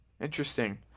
interesting